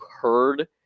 heard